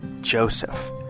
Joseph